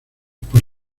por